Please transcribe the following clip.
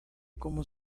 como